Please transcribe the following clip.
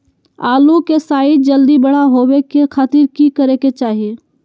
आलू के साइज जल्दी बड़ा होबे के खातिर की करे के चाही?